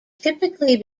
typically